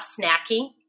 snacking